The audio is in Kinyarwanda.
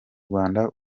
rwanda